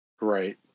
Right